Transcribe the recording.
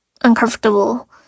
uncomfortable